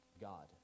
God